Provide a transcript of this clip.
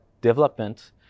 development